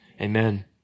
Amen